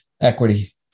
equity